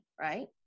Right